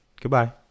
Goodbye